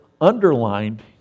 underlined